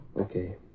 Okay